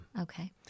Okay